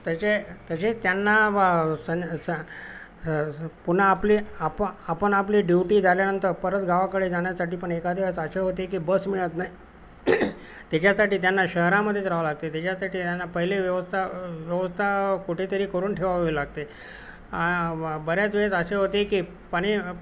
तसे तसे त्यांना सं स पुन्हा आपली आप आपण आपली ड्युटी झाल्यानंतर परत गावाकडे जाण्यासाठी पण एखादवेळेस असे होते की बस मिळत नाही त्याच्यासाठी त्यांना शहरामध्येच राहावं लागते त्याच्यासाठी त्यांना पहिले व्यवस्था व्यवस्था कुठेतरी करून ठेवावे लागते बऱ्याच वेळेस असे होते की पाणी